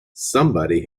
somebody